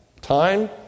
Time